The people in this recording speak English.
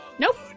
Nope